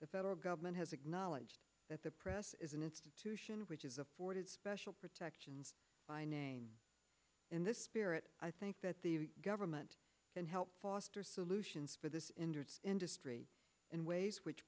the federal government has acknowledged that the press is an institution which is afforded special protections by name in this spirit i think that the government can help foster solutions for this industry in ways which